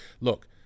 look